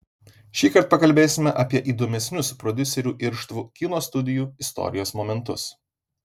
šįkart pakalbėsime apie įdomesnius prodiuserių irštvų kino studijų istorijos momentus